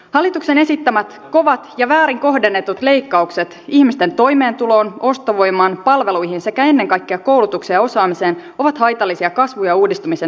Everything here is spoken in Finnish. hallituksen esittämät kovat ja väärin kohdennetut leikkaukset ihmisten toimeentuloon ostovoimaan palveluihin sekä ennen kaikkea koulutukseen ja osaamiseen ovat haitallisia kasvun ja uudistumisen näkökulmasta